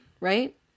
right